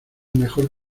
mejor